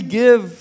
give